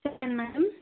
చెప్పండి మేడం